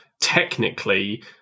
technically